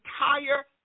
entire